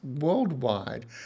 worldwide